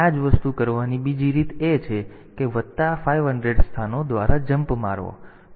આ જ વસ્તુ કરવાની બીજી રીત એ છે કે તે વત્તા 500 સ્થાનો દ્વારા જમ્પ મારવો છે